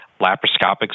Laparoscopic